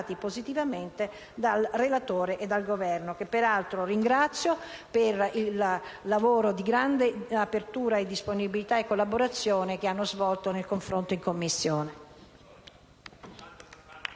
positivamente dal relatore e dal Governo, che peraltro ringrazio per il lavoro di grande apertura, disponibilità e collaborazione svolto nel confronto in Commissione.